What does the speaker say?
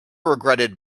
regretted